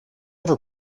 never